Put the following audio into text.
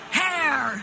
hair